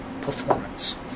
performance